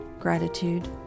gratitude